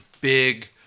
big